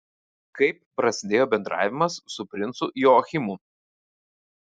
kaip prasidėjo bendravimas su princu joachimu